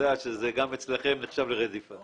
יש פרסומים גם בעיתונות החרדית,